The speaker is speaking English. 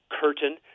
curtain